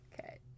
Okay